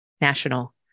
national